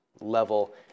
level